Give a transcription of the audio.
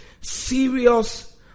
serious